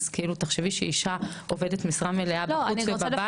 אז כאילו תחשבי שאישה עובדת משרה מלאה ובסופו של דבר --- לא,